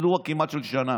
פרוצדורה כמעט של שנה.